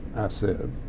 said,